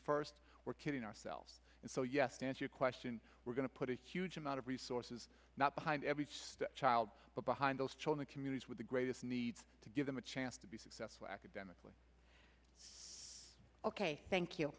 first we're kidding ourselves and so yes can't you question we're going to put a huge amount of resources not behind every child but behind those chill in the communities with the greatest needs to give them a chance to be successful academically ok thank you